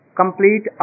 complete